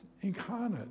incarnate